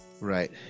Right